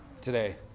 today